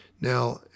Now